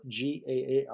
GAAR